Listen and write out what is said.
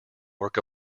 work